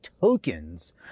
tokens